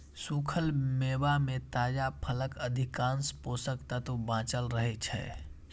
सूखल मेवा मे ताजा फलक अधिकांश पोषक तत्व बांचल रहै छै